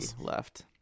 left